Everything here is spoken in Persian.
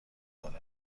داره